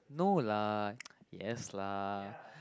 no lah yes lah